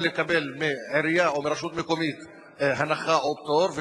לקבל מעירייה או מרשות מקומית אחת הנחה או פטור,